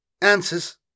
Answers